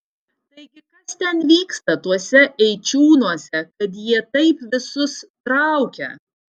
taigi kas ten vyksta tuose eičiūnuose kad jie taip visus traukia